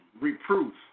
Reproof